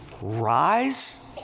rise